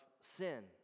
sin